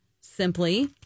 simply